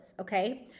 okay